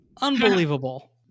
Unbelievable